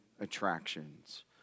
attractions